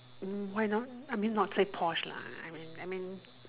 mm why not I mean not say porsche lah I mean I mean